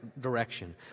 direction